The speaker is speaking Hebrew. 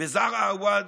בזראע עוואד